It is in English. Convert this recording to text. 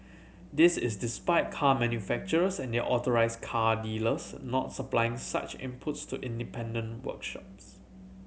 this is despite car manufacturers and their authorise car dealers not supplying such inputs to independent workshops